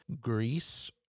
greece